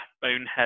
bonehead